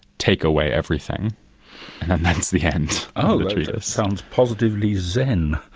take away everything. and that's the end. oh, that sounds positively zen.